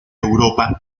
europa